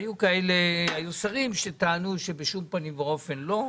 היו שרים שטענו שבשום פנים ואופן לא,